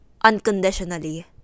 Unconditionally